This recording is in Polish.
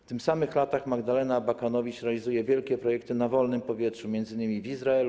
W tych samych latach Magdalena Abakanowicz realizuje wielkie projekty na wolnym powietrzu, m.in. w Izraelu,